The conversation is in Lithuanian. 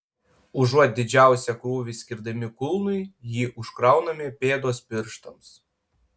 užuot didžiausią krūvį skirdami kulnui jį užkrauname pėdos pirštams